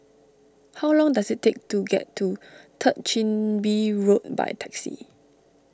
how long does it take to get to Third Chin Bee Road by taxi